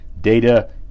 data